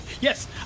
Yes